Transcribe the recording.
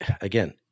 again